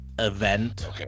Event